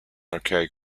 archaic